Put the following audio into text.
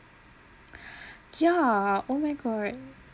yeah oh my god